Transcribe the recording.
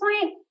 point